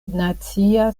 nacia